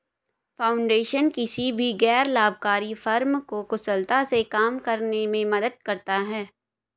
foundation किसी भी गैर लाभकारी फर्म को कुशलता से काम करने में मदद करता हैं